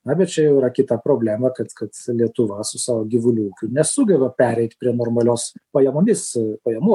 na bet čia jau yra kita problema kad kad lietuva su savo gyvulių ūkiu nesugeba pereiti prie normalios pajamomis pajamų